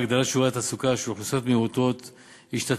הגדלת שיעורי התעסוקה של אוכלוסיות מעוטות השתתפות,